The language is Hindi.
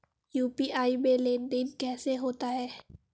यू.पी.आई में लेनदेन कैसे होता है?